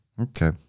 Okay